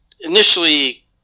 initially